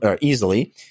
easily